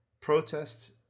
protests